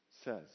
says